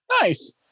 Nice